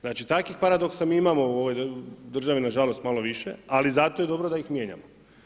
Znači takvih paradoksa mi imamo u ovoj državi nažalost malo više, ali zato je dobro da ih mijenjamo.